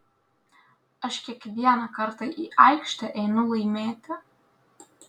aš kiekvieną kartą į aikštę einu laimėti